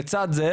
לצד זה,